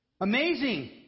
amazing